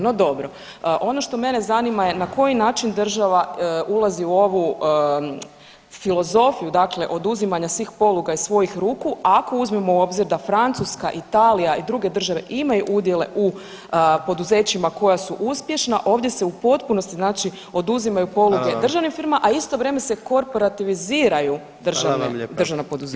No, dobro ono što mene zanima je na koji način država ulazi u ovu filozofiju dakle oduzimanja svih poluga iz svojih ruku, ako uzmemo u obzir da Francuska, Italija i druge države imaju udjele u poduzećima koja su uspješna ovdje se u potpunosti znači oduzimaju poluge državnim firmama [[Upadica: Hvala vam.]] a isto vrijeme se korporativiziraju državne, državna poduzeća.